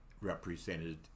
represented